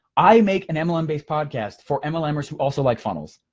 i make an mlm based podcast for mlmers who also like funnels.